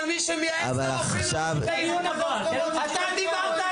אבל מי שמייעץ לרופאים המשוגעים אתה דיברת,